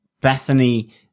bethany